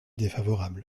défavorable